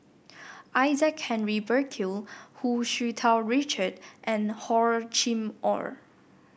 Isaac Henry Burkill Hu Tsu Tau Richard and Hor Chim Or